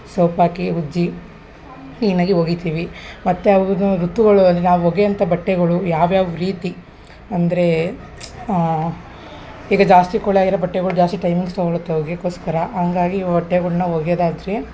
soap ಹಾಕಿ ಉಜ್ಜಿ ಕ್ಲೀನಾಗಿ ಒಗಿತೀವಿ ಮತ್ತು ಅವನ್ನು ಋತುಗಳು ನಾವು ಒಗೆಯೊಂಥ ಬಟ್ಟೆಗಳು ಯಾವ ಯಾವ ರೀತಿ ಅಂದರೆ ಈಗ ಜಾಸ್ತಿ ಕೊಳೆ ಆಗಿರೋ ಬಟ್ಟೆಗಳು ಜಾಸ್ತಿ ಟೈಮಿಂಗ್ಸ್ ತಗೊಳ್ಳುತ್ತೆ ಒಗೆಯಕ್ಕೋಸ್ಕರ ಹಾಗಾಗಿ ಬಟ್ಟೆಗಳ್ನ ಒಗ್ಯೋದಾದ್ರೆ